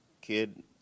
kid